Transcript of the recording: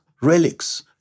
relics